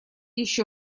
еще